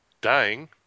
dying